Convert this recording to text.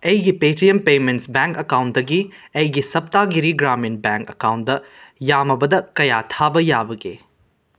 ꯑꯩꯒꯤ Paytm payment bank ꯑꯦꯀꯥꯎꯟꯇꯒꯤ ꯑꯩꯒꯤ ꯁꯞꯇꯥꯒꯤꯔꯤ ꯒ꯭ꯔꯥꯃꯤꯟ ꯕꯦꯡꯛ ꯑꯦꯀꯥꯎꯟꯗ ꯌꯥꯝꯃꯕꯗ ꯀꯌꯥ ꯊꯥꯕ ꯌꯥꯕꯒꯦ